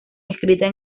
escritas